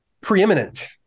preeminent